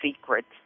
secrets